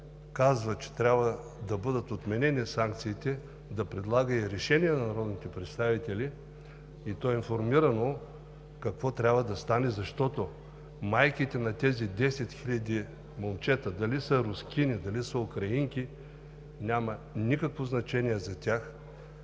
казва, че трябва да бъдат отменени санкциите, да предлага и решение на народните представители, и то информирано, какво трябва да стане, защото майките на тези 10 хиляди момчета – дали са рускини, дали са украинки, няма никакво значение за тях.